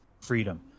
freedom